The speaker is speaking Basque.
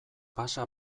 pasa